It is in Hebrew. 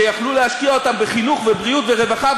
שיכלו להשקיע אותם בחינוך ובריאות ורווחה,